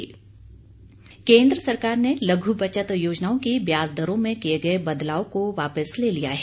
वित्त मंत्री केन्द्र सरकार ने लघु बचत योजनाओं की ब्याज दरों में किए गए बदलाव को वापस ले लिया है